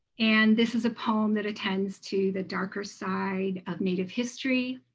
and this is a poem that attends to the darker side of native history.